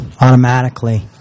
automatically